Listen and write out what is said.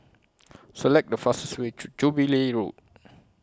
Select The fastest Way to Jubilee Road